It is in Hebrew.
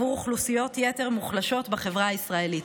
עבור אוכלוסיות יותר מוחלשות בחברה הישראלית,